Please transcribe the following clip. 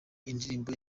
indirimbo